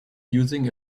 using